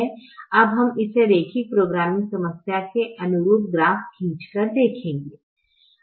अब हम इसे रैखिक प्रोग्रामिंग समस्या के अनुरूप ग्राफ खींचकर देखेंगे